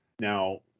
now